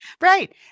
Right